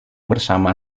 bersama